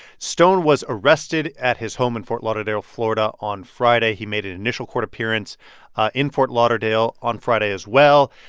stone was arrested at his home in fort lauderdale, fla, and on friday. he made an initial court appearance in fort lauderdale on friday as well.